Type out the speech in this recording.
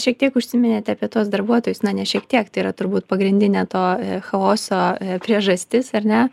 šiek tiek užsiminėte apie tuos darbuotojus na ne šiek tiek tai yra turbūt pagrindinė to chaoso priežastis ar ne